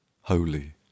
Holy